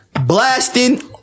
Blasting